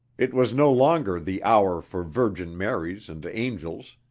it was no longer the hour for virgin maries and angels,